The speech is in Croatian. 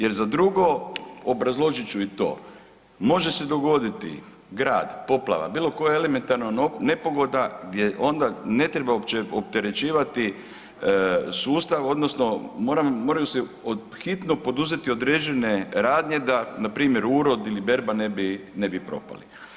Jer za drugo, obrazložit ću i to, može se dogoditi, grad, poplava, bilokoja elementarna nepogoda gdje onda ne treba opterećivati sustav odnosno moraju se pod hitno poduzeti određene radnje da npr. urod ili berba ne bi propali.